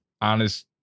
honest